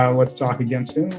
um let's talk again soon.